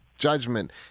judgment